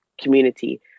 community